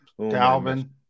Dalvin